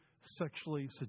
sexually